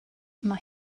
mae